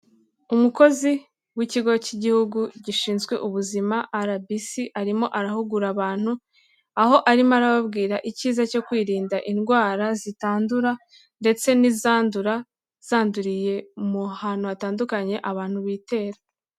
Umukozi w'ikigo cy'igihugu gishinzwe ubuzima RBC arimo arahugura abantu, aho arimo arababwira icyiza cyo kwirinda indwara zitandura ndetse n'izandura zanduriye ahantu hatandukanye abantu bitera.